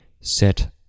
set